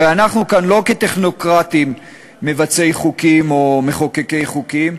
הרי אנחנו כאן לא כטכנוקרטים מבצעי חוקים או מחוקקי חוקים,